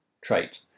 trait